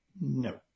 No